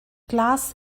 glass